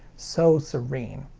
so serene.